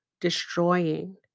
destroying